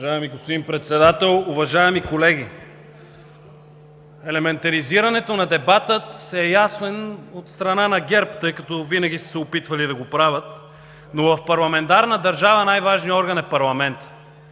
Уважаеми господин Председател, уважаеми колеги! Елементаризирането на дебата е ясен от страна на ГЕРБ, тъй като винаги са се опитвали да го правят, но в парламентарна държава най-важният орган е парламентът,